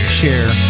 share